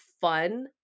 fun